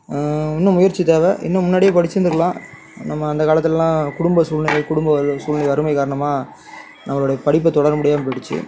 இன்னும் முயற்சி தேவை இன்னும் முன்னாடியே படிச்சிருந்துருக்கலாம் நம்ம அந்த காலத்துலலாம் குடும்ப சூழ்நிலை குடும்ப சூழ்நிலை வறுமை காரணமாக நம்மளோடைய படிப்பை தொடர முடியாமல் போய்டுச்சு